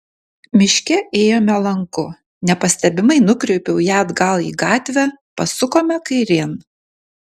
miške ėjome lanku nepastebimai nukreipiau ją atgal į gatvę pasukome kairėn